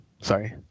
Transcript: sorry